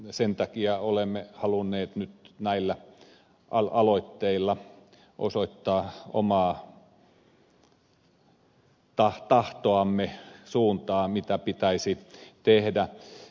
sen takia olemme halunneet nyt näillä aloitteilla osoittaa omaa tahtoamme suuntaan mitä pitäisi tehdä